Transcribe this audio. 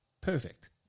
perfect